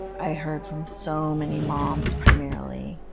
i heard from so many moms, primarily.